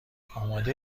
آماده